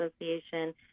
Association